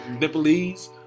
Nepalese